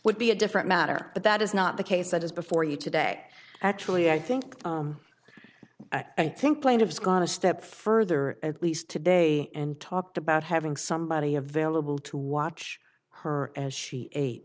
would be a different matter but that is not the case that is before you today actually i think i think plaintiff has gone a step further at least today and talked about having somebody a vailable to watch her as she